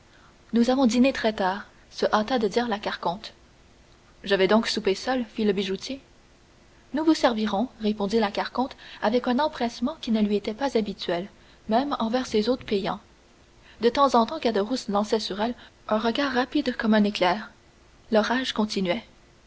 nous avons dîné très tard se hâta de dire la carconte je vais donc souper seul fit le bijoutier nous vous servirons répondit la carconte avec un empressement qui ne lui était pas habituel même envers ses hôtes payants de temps en temps caderousse lançait sur elle un regard rapide comme un éclair l'orage continuait